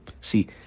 See